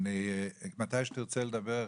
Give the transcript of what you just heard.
מתי שתרצה לדבר,